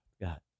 God